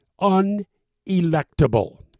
unelectable